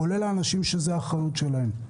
כולל האנשים שזאת האחריות שלהם.